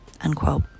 Unquote